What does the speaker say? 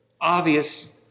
obvious